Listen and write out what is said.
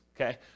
Okay